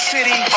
City